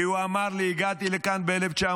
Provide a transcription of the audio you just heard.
כי הוא אמר לי: הגעתי לכאן ב-1962,